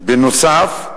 בנוסף,